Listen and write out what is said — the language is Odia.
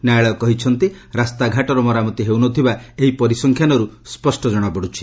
ନ୍ୟାୟାଳୟ କହିଛନ୍ତି ରାସ୍ତାଘାଟର ମରାମତି ହେଉନଥିବା ଏହି ପରିସଂଖ୍ୟାନରୁ ସ୍ୱଷ୍ଟ ଜଣାପଡ଼ୁଛି